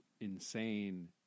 insane